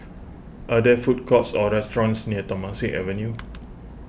are there food courts or restaurants near Temasek Avenue